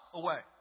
away